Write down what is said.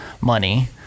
money